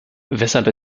weshalb